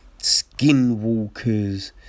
Skinwalkers